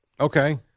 Okay